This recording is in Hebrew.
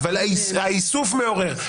נכון.